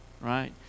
right